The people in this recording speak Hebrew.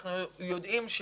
אנחנו יודעים,